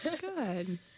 good